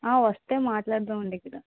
వస్తే మాట్లాడదాం అండి ఇక్కడ